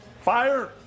fire